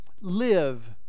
Live